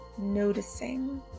noticing